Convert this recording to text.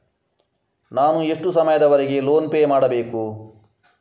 ನಾನು ಎಷ್ಟು ಸಮಯದವರೆಗೆ ಲೋನ್ ಪೇ ಮಾಡಬೇಕು?